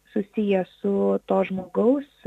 susiję su to žmogaus